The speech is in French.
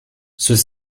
ceux